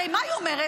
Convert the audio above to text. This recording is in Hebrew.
הרי מה היא אומרת?